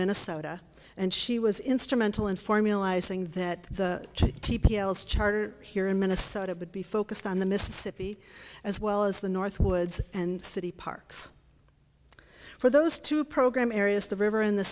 minnesota and she was instrumental in formalizing that the charter here in minnesota would be focused on the mississippi as well as the north woods and city parks for those two program areas the river in the